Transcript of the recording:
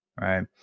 right